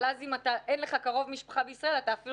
אבל אם אין לך קרוב משפחה בישראל אתה אפילו